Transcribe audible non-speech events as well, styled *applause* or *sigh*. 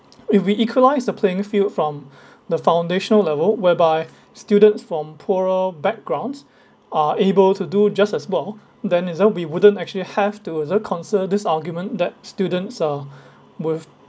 if we equalise the playing field from *breath* the foundational level whereby students from poorer backgrounds are able to do just as well then as well we wouldn't actually have to you know concern this argument that students uh with